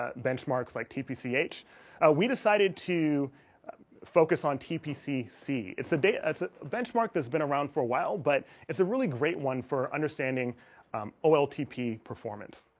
ah benchmarks like tp ch we decided to focus on t. pcc it's the data. it's a benchmark. that's been around for a while, but it's a really great one for understanding oltp performance,